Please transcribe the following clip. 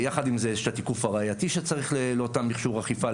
יחד עם זה יש את התיקוף הראייתי שצריך לאותו מכשור אכיפה.